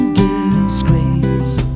disgrace